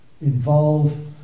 involve